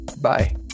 Bye